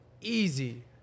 easy